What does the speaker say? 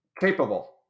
Capable